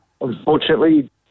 unfortunately